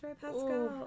Pascal